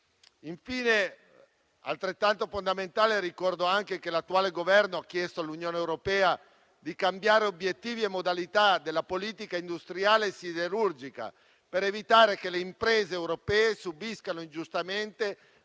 nota a tutti, di Taranto. Ricordo infine che l'attuale Governo ha chiesto all'Unione europea di cambiare obiettivi e modalità della politica industriale siderurgica per evitare che le imprese europee subiscano ingiustamente